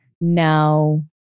Now